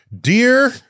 dear